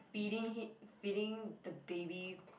feeding him feeding the baby